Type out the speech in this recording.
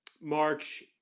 March